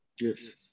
Yes